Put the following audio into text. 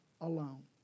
alone